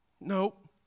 Nope